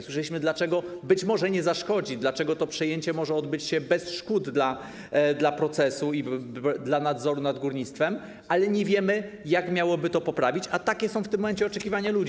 Słyszeliśmy, dlaczego być może nie zaszkodzi, dlaczego to przejęcie może odbyć się bez szkód dla procesu i dla nadzoru nad górnictwem, ale nie wiemy, jak miałoby to poprawić sytuację, a takie są w tym momencie oczekiwania ludzi.